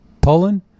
Poland